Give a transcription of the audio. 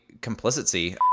complicity